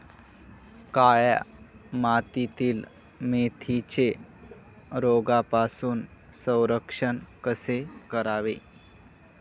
काळ्या मातीतील मेथीचे रोगापासून संरक्षण कसे करावे?